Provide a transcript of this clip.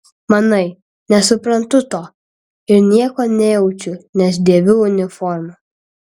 manai nesuprantu to ir nieko nejaučiu nes dėviu uniformą